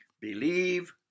believe